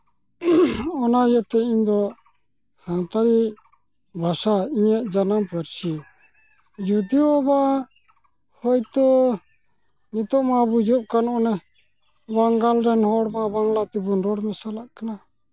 ᱚᱱᱟ ᱤᱭᱟᱹ ᱛᱮ ᱤᱧ ᱫᱚ ᱥᱟᱱᱛᱟᱲᱤ ᱵᱷᱟᱥᱟ ᱤᱧᱟᱹᱜ ᱡᱟᱱᱟᱢ ᱯᱟᱹᱨᱥᱤ ᱡᱩᱫᱤᱣ ᱵᱟ ᱦᱳᱭᱛᱳ ᱱᱤᱛᱳᱜ ᱢᱟ ᱵᱩᱡᱷᱟᱹᱜ ᱠᱟᱱᱟ ᱚᱱᱮ ᱵᱟᱝᱜᱟᱞ ᱨᱮᱱ ᱦᱚᱲ ᱢᱟ ᱵᱟᱝᱞᱟ ᱛᱮᱵᱚᱱ ᱨᱚᱲ ᱢᱮᱥᱟᱞᱟᱜ ᱠᱟᱱᱟ